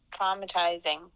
traumatizing